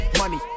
money